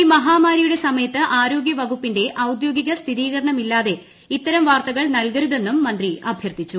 ഈ മഹാമാരിയുടെ സമയത്ത് ആരോഗ്യ വകുപ്പിന്റെ ഒയ്ട്ട്ട്ടോഗിക സ്ഥിരീകരണമില്ലാതെ ഇത്തരം വാർത്തകൾ നൽകരുത്തെന്നും മന്ത്രി അഭ്യർത്ഥിച്ചു